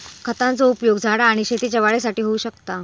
खतांचो उपयोग झाडा आणि शेतीच्या वाढीसाठी होऊ शकता